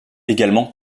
également